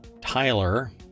tyler